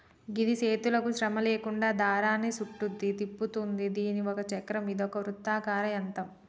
గిది చేతులకు శ్రమ లేకుండా దారాన్ని సుట్టుద్ది, తిప్పుతుంది దీని ఒక చక్రం ఇదొక వృత్తాకార యంత్రం